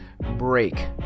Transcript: break